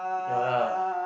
ya lah